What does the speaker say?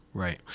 right.